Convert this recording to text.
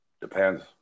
depends